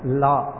law